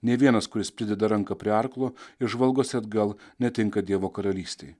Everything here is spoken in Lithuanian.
nei vienas kuris prideda ranką prie arklo ir žvalgosi atgal netinka dievo karalystei